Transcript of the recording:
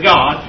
God